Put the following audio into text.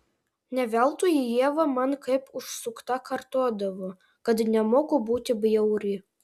ne veltui ieva man kaip užsukta kartodavo kad nemoku būti bjauri